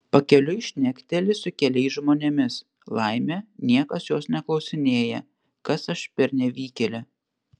pakeliui šnekteli su keliais žmonėmis laimė niekas jos neklausinėja kas aš per nevykėlė